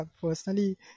personally